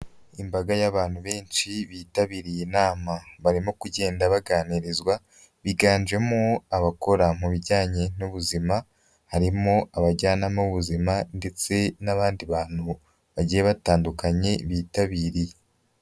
Imbaga y'abantu benshi bitabiriye inama. Barimo kugenda baganirizwa, biganjemo abakora mu bijyanye n'ubuzima, harimo abajyanama b'ubuzima ndetse n'abandi bantu bagiye batandukanye bitabiriye.